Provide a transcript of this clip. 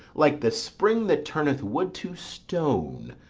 like the spring that turneth wood to stone,